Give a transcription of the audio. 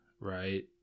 right